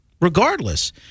Regardless